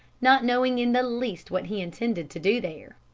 not knowing in the least what he intended to do there.